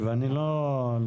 לפני שאני אתן לתומר